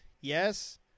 Yes